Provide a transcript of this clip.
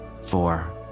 four